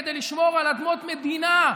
כדי לשמור על אדמות מדינה.